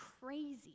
crazy